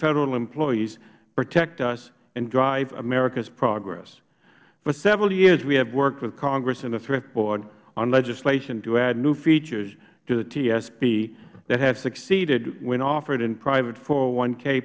federal employees protect us and drive america's progress for several years we have worked with congress and the thrift board on legislation to add new features to the tsp that have succeeded when offered in private